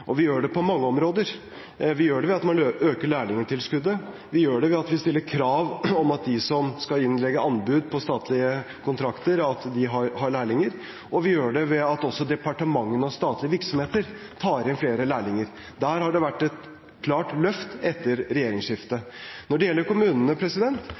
og vi gjør det på mange områder. Vi gjør det ved at vi øker lærlingtilskuddet, vi gjør det ved at vi stiller krav om at de som skal legge inn anbud på statlige kontrakter, har lærlinger, og vi gjør det ved at også departementene og statlige virksomheter tar inn flere lærlinger. Der har det vært et klart løft etter